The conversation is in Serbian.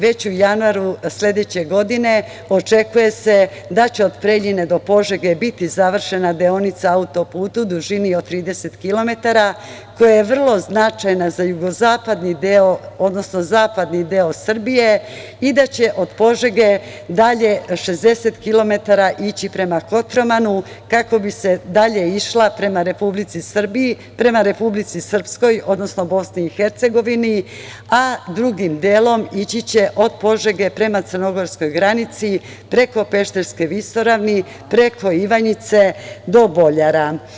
Već u januaru sledeće godine očekuje se da će od Preljine do Požege biti završena deonica auto-puta u dužini od 30 km, koja je vrlo značajna za zapadni deo Srbije i da će od Požege dalje 60 km ići prema Kotromanu, kako bi dalje išla prema Republici Srpskoj, odnosno BiH, a drugim delom ići će od Požege prema crnogorskoj granici, preko Pešterske visoravni, preko Ivanjice, do Boljara.